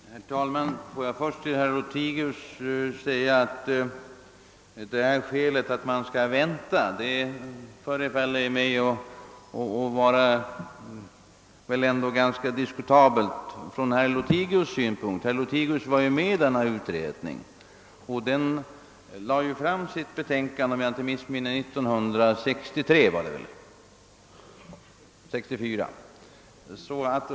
Herr talman! Låt mig först till herr Lothigius säga att skälet att vänta förefaller vara ganska diskutabelt från herr Lothigius synpunkt. Herr Lothigius var ju själv med i den utredning som lade fram sitt betänkande år 1964, om jag inte missminner mig.